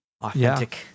authentic